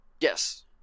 Yes